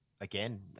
again